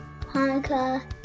Hanukkah